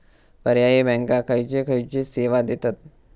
पर्यायी बँका खयचे खयचे सेवा देतत?